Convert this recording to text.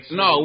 no